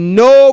no